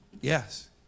Yes